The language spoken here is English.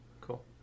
Cool